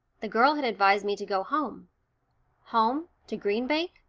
the girl had advised me to go home home to green bank,